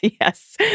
yes